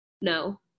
No